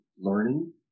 learning